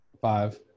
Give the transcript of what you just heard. Five